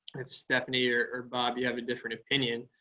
stephanie or or bob, you have a different opinion?